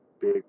big